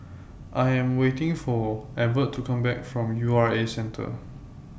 I Am waiting For Evert to Come Back from U R A Centre